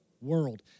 world